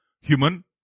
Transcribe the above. human